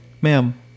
Ma'am